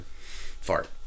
fart